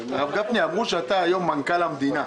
הרב גפני, אמרו שאתה היום מנכ"ל המדינה.